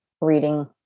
reading